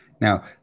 Now